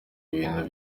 ibintu